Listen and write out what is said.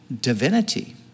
divinity